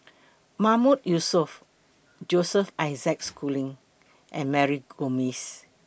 Mahmood Yusof Joseph Isaac Schooling and Mary Gomes